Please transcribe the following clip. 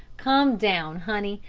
come down, honey.